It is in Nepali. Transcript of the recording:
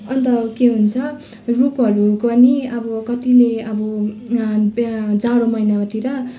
अन्त के हुन्छ रुखहरूको नि अब कतिले अब ब जाडो महिनातिर